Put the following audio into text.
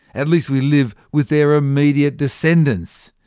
at least we live with their immediate descendants,